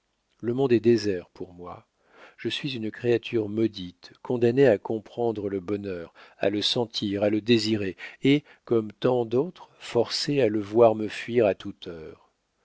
le monde est désert pour moi je suis une créature maudite condamnée à comprendre le bonheur à le sentir à le désirer et comme tant d'autres forcée à le voir me fuir à toute heure